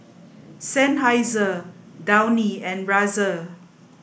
Seinheiser Downy and Razer